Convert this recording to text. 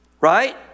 Right